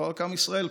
לא רק עם ישראל,